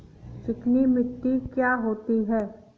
चिकनी मिट्टी क्या होती है?